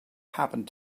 happened